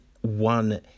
one